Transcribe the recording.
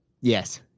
Yes